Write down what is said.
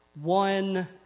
one